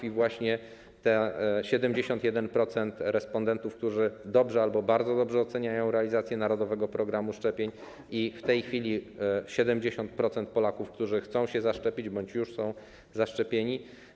Jest właśnie te 71% respondentów, którzy dobrze albo bardzo dobrze oceniają realizację narodowego programu szczepień, i w tej chwili jest 70% Polaków, którzy chcą się zaszczepić bądź już są zaszczepieni.